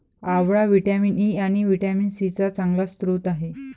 आवळा vitamin E आणि vitamin C चा चांगला स्रोत आहे